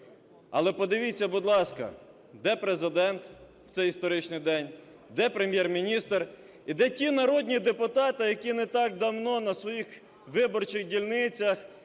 Але подивіться, будь ласка, де Президент в цей історичний день, де Прем'єр-міністр? І де ті народні депутати, які не так давно на своїх виборчих дільницях